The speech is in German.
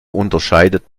unterscheidet